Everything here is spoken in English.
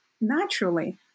naturally